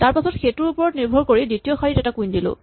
তাৰপাছত সেইটোৰ ওপৰত নিৰ্ভৰ কৰি দ্বিতীয় শাৰীত এটা কুইন দিলো